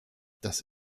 das